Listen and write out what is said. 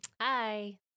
Hi